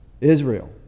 Israel